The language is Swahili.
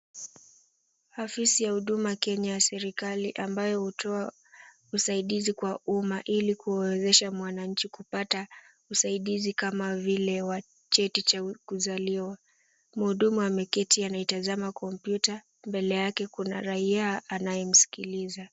Afisi ya Huduma Kenya ya serikali, ambayo hutoa usaidizi kwa uma, ili kuwawezesha mwananchi kupata usaidizi kama vile wa cheti cha kuzaliwa. Mhudumu ameketi anaitazama kompyuta. Mbele yake kuna raia ambaye anamikiliza,